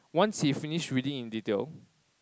once he finished reading in detail